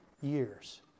years